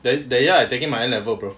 the year I taking N level bro